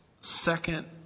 second